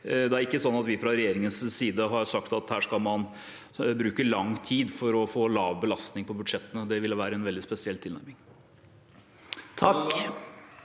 Det er ikke sånn at vi fra regjeringens side har sagt at her skal man bruke lang tid for å få lav belastning på budsjettene. Det ville være en veldig spesiell tilnærming. Trond